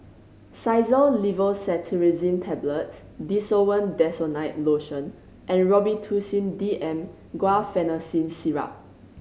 Xyzal Levocetirizine Tablets Desowen Desonide Lotion and Robitussin D M Guaiphenesin Syrup